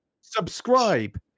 Subscribe